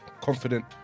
confident